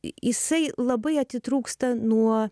jisai labai atitrūksta nuo